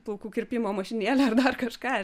plaukų kirpimo mašinėlę ar dar kažką